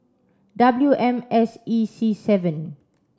W M S E C seven